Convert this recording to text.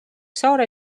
saare